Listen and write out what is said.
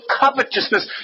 covetousness